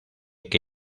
que